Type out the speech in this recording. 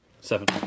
seven